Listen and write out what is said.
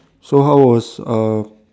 so how was uh